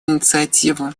инициативу